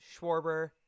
Schwarber